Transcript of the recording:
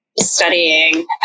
studying